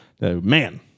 man